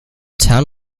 town